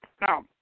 Now